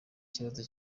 ikibazo